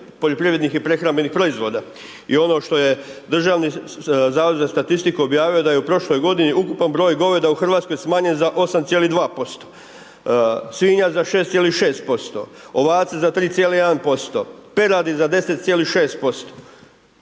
poljoprivrednih i prehrambenih proizvoda i ono što je Državni zavod za statistiku objavio da je u prošloj godini ukupan broj goveda u Hrvatskoj smanjen za 8,2%, svinja za 6,6%, ovaca za 3,1%, peradi za 10,6%.